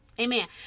amen